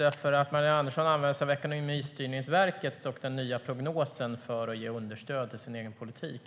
Magdalena Andersson använde sig nämligen av Ekonomistyrningsverkets nya prognos för att ge understöd till sin egen politik.